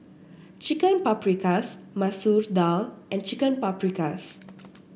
Chicken Paprikas Masoor Dal and Chicken Paprikas